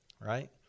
right